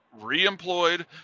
reemployed